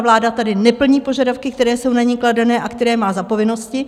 Vláda tady neplní požadavky, které jsou na ni kladené a které má za povinnosti.